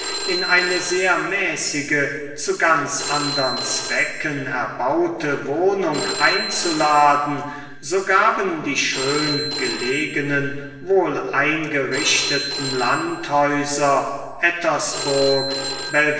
in eine sehr mäßige zu ganz andern zwecken erbaute wohnung einzuladen so gaben die schön gelegenen wohleingerichteten landhäuser ettersburg